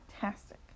fantastic